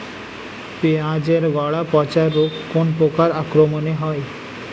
পিঁয়াজ এর গড়া পচা রোগ কোন পোকার আক্রমনে হয়?